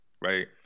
right